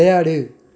விளையாடு